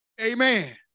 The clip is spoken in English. Amen